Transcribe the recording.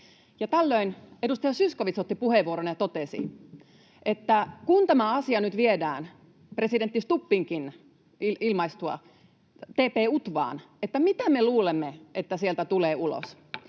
Tällöin edustaja Zyskowicz otti puheenvuoron ja totesi, että kun tämä asia nyt viedään, presidentti Stubbinkin ilmaistua kantansa, TP-UTVAan, mitä me luulemme, että sieltä tulee ulos.